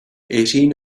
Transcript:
eighteen